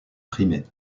primés